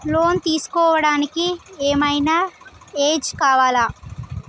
Loan తీస్కోవడానికి ఏం ఐనా ఏజ్ కావాలా?